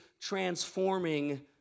transforming